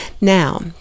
Now